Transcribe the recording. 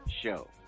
show